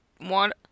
want